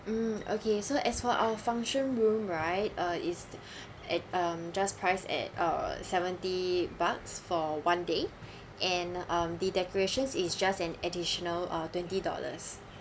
mm okay so as for our function room right uh is at um just price at uh seventy bucks for one day and um the decorations it's just an additional uh twenty dollars